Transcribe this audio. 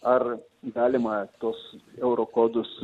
ar galima tuos euro kodus